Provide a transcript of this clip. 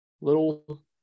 little